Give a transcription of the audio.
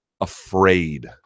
afraid